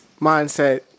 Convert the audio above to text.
mindset